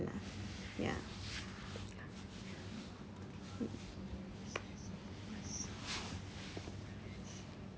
ya mm